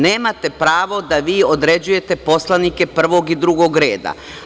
Nemate pravo da vi određujete poslanike prvog i drugog reda.